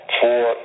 four